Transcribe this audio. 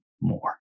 more